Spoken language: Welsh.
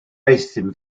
euthum